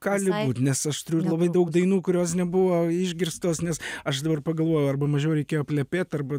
gali būt nes aš turiu ir labai daug dainų kurios nebuvo išgirstos nes aš dabar pagalvojau arba mažiau reikėjo plepėt arba